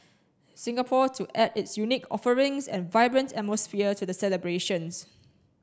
Singapore to add its unique offerings and vibrant atmosphere to the celebrations